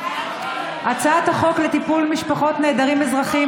הצעת החוק לטיפול במשפחות נעדרים אזרחים,